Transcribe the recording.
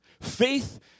Faith